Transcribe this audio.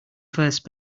first